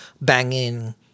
banging